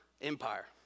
Empire